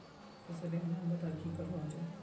फसल लेर नाम बता की करवा होचे?